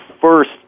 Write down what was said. first